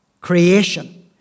creation